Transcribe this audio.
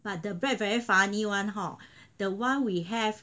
but the bread very funny [one] hor the one we have